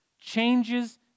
changes